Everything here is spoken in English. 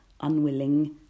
unwilling